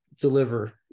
deliver